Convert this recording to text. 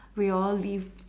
we all live